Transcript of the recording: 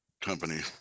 company